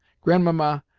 grandmamma,